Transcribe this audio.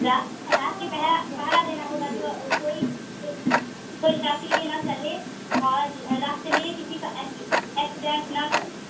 रात को रात को पहरा पहरा देना होगा जो कोई कोई कोई शराब पी के ना चले और रास्ते में किसी का एक्सीडेंट ना करे